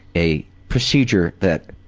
a procedure that.